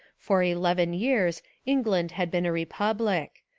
for eleven years england had been a republic.